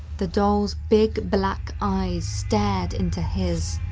the doll's big, black eyes stared into his,